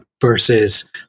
versus